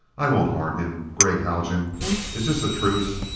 i won't harm him! gregg haljan is this a truce?